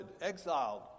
exiled